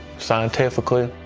scientifically